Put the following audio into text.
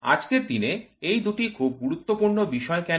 এবং আজের দিনে এই দুটি খুব গুরুত্বপূর্ণ বিষয় কেন